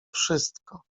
wszystko